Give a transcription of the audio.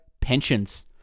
pensions